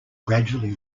gradually